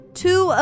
two